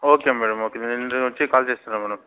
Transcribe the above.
okay madam okay నేను వచ్చి call చేస్తాను మ్యాడమ్